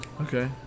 Okay